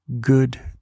good